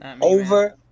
over